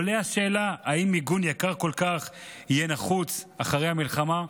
עולה השאלה: האם מיגון יקר כל כך יהיה נחוץ אחרי המלחמה?